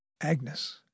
Agnes